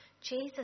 Jesus